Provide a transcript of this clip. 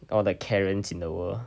all the karens in the world